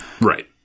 Right